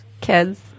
kids